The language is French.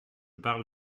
parle